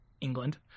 England